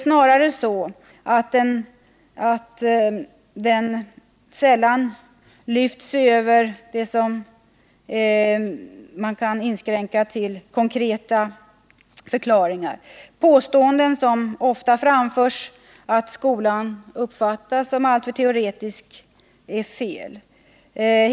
Snarare har den sällan lyft sig över det i inskränkt mening konkreta. Påståendet, som ofta framförs, att skolan uppfattas som alltför teoretisk är fel.